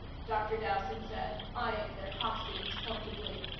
dr. dowson said, eyeing their costumes pointedly.